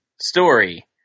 story